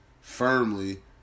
firmly